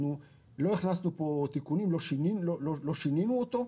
אנחנו לא הכנסנו פה תיקונים, לא שינינו אותו.